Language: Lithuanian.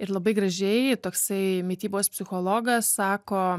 ir labai gražiai toksai mitybos psichologas sako